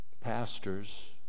pastors